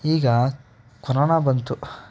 ಈಗ ಕೊರೋನ ಬಂತು